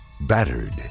battered